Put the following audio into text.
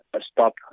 stop